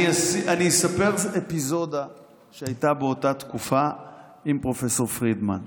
אספר אפיזודה שהייתה באותה תקופה עם פרופ' פרידמן.